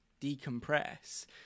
decompress